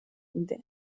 میده